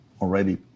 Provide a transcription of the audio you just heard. already